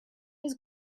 his